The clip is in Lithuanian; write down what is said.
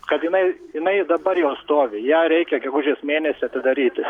kad jinai jinai dabar jau stovi ją reikia gegužės mėnesį atidaryti